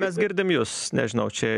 mes girdim jus nežinau čia